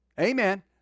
Amen